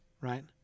right